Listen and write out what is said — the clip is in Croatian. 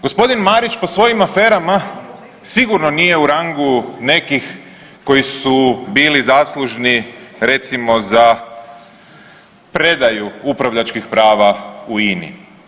Gospodin Marić po svojim aferama sigurno je u rangu nekih koji su bili zaslužni recimo za predaju upravljačkih prava u INA-i.